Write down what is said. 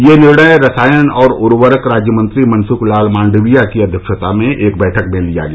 ये निर्णय रसायन और उर्वरक राज्य मंत्री मनसुख लाल मांडविया की अध्यक्षता में एक बैठक में लिया गया